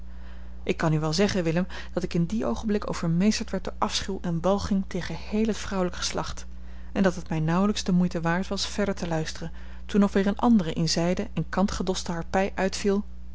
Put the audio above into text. ik kan u wel zeggen willem dat ik in dien oogenblik overmeesterd werd door afschuw en walging tegen heel het vrouwelijk geslacht en dat het mij nauwelijks de moeite waard was verder te luisteren toen nog weer eene andere in zijde en kant gedoste harpij uitviel